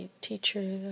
teacher